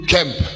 Camp